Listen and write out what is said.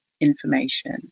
information